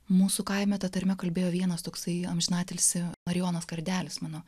mūsų kaime ta tarme kalbėjo vienas toksai amžinatilsį marijonas kardelis mano